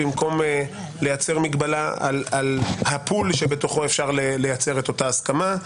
במקום לייצר מגבלה על הפול שבתוכו אפשר לייצר את אותה הסכמה.